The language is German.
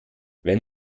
wenn